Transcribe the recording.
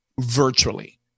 virtually